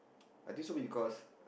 I think so because